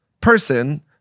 person